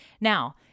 Now